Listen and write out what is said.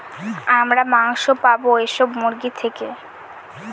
আমরা মাংস পাবো এইসব মুরগি থেকে